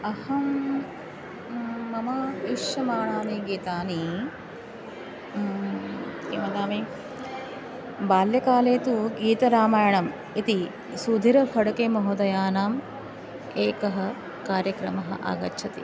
अहं मम इष्यमाणानि गीतानि किं वदामि बाल्यकाले तु गीतरामायणम् इति सुधिरफड्के महोदयानाम् एकः कार्यक्रमः आगच्छति